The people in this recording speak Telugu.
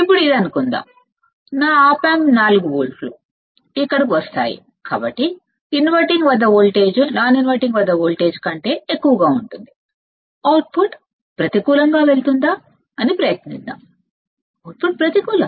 ఇప్పుడు ఇలా అనుకుందాం నా op amp 4 వోల్ట్స్ ఇక్కడకు వస్తాయి కాబట్టి ఇన్వర్టింగ్ వద్ద వోల్టేజ్ నాన్ ఇన్వర్టింగ్ వద్ద వోల్టేజ్ కంటే ఎక్కువగా ఉంటుంది అవుట్పుట్ ప్రతికూలంగా వెళుతుందా అని ప్రయత్నిద్దాం అవుట్పుట్ ప్రతికూలం